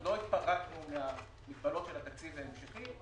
לא התפרקנו מהמגבלות של התקציב ההמשכי,